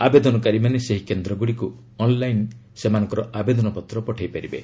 ଆବେଦନକାରୀମାନେ ସେହି କେନ୍ଦ୍ରଗୁଡ଼ିକୁ ଅନ୍ଲାଇନ୍ ସେମାନଙ୍କର ଆବେଦନପତ୍ର ପଠାଇପାରିବେ